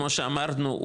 כמו שאמרנו,